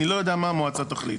אני לא יודע מה המועצה תחליט.